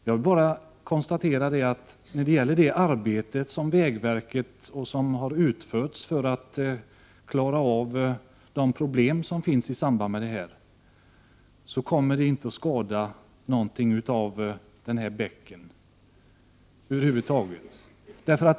Jag vill bara konstatera att vägverket har utfört ett arbete för att klara av de problem som finns i samband med utbyggnaden och att bäcken inte kommer att över huvud taget skadas på något sätt.